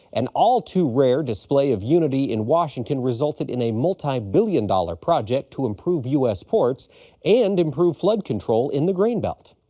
an all-too-rare display of unity in washington resulted in a multibillion dollar project to improve u s. ports and improve flood control in the grain belt.